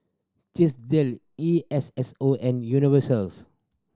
Chesdale E S S O and Universals